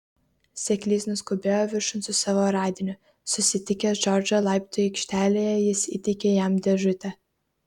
seklys nuskubėjo viršun su savo radiniu susitikęs džordžą laiptų aikštelėje jis įteikė jam dėžutę